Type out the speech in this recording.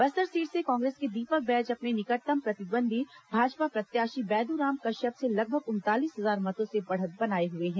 Bastar seat से कांग्रेस के दीपक बैज अपने निकटतम प्रतिद्वंदी भाजपा प्रत्याशी बैद्राम कश्यप से लगभग उनतालीस हजार मतों से बढ़त बनाए हुए है